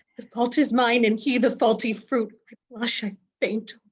fault is mine, and he the faulty fruit i blush, i faint,